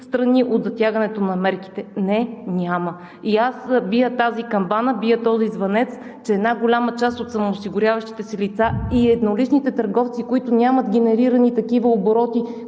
страни от затягането на мерките. Не, няма! И аз бия тази камбана, бия този звънец, че една голяма част от самоосигуряващите се лица и едноличните търговци, които нямат генерирани такива обороти,